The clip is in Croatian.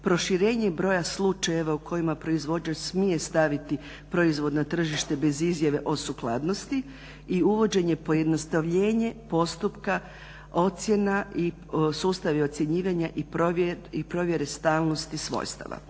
proširenje broja slučajeva u kojima proizvođač smije staviti proizvod na tržište bez izjave o sukladnosti i uvođenje pojednostavljenje postupka ocjena i sustav ocjenjivanja i provjere stalnosti svojstava.